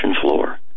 floor